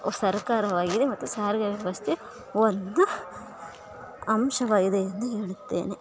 ಸರಕಾರದವಾಗಿದೆ ಮತ್ತು ಸಾರಿಗೆ ವ್ಯವಸ್ಥೆ ಒಂದು ಅಂಶವಾಗಿದೆ ಎಂದು ಹೇಳುತ್ತೇನೆ